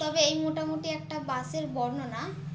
তবে এই মোটামুটি একটা বাসের বর্ণনা